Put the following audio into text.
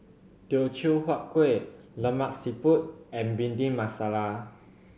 Teochew Huat Kuih Lemak Siput and Bhindi Masala